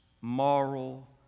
moral